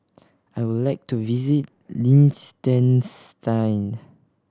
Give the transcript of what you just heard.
I would like to visit Liechtenstein